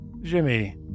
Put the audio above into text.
Jimmy